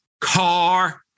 Car